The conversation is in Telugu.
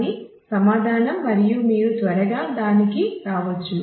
అది సమాధానం మరియు మీరు త్వరగా దానికి రావచ్చు